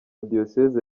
diyosezi